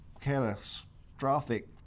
catastrophic